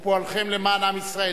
ועל פועלכם למען עם ישראל.